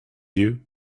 you